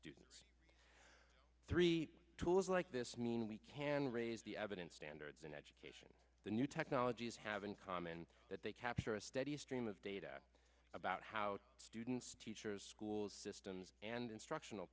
student three tools like this mean we can raise the evidence standards in education the new technologies have in common that they capture a steady stream of data about how students teachers school systems and instructional